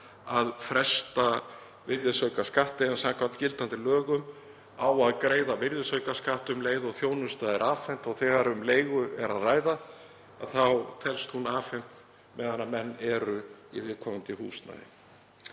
að fresta virðisaukaskatti. Samkvæmt gildandi lögum á að greiða virðisaukaskatt um leið og þjónusta er afhent og þegar um leigu er að ræða telst hún afhent meðan menn eru í viðkomandi húsnæði.